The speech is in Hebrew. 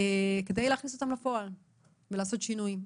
כדי להכניס אותם לפועל ולעשות שינוי.